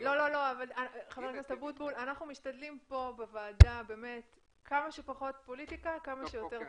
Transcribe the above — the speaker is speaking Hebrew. --- אנחנו משתדלים פה בוועדה כמה שפחות פוליטיקה וכמה שיותר